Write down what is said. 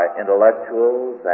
intellectuals